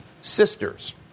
sisters